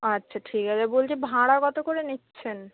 আচ্ছা ঠিগ আছে বলছি ভাঁড়া কত করে নিচ্ছেন